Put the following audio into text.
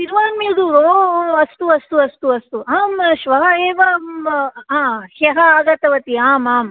तिरुवन्मेदूर् ओ अस्तु अस्तु अस्तु अस्तु अहं श्वः एव म् आ ह्यः आगतवती आमाम्